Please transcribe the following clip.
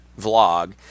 vlog